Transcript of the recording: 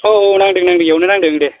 औ औ नांदों नांदों बेयावनो नांदों दे